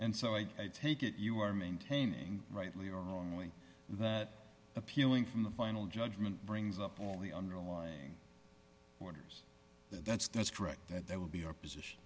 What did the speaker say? and so i take it you are maintaining rightly or wrongly that appealing from the final judgment brings up all the underlying orders that's that's correct that there will be opposition